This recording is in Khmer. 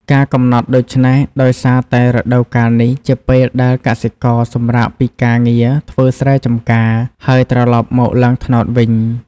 ការកំណត់ដូច្នេះ ដោយសារតែរដូវកាលនេះ ជាពេលដែលកសិករសម្រាកពីការងារធ្វើស្រែចម្ការ ហើយត្រឡប់មកឡើងត្នោតវិញ។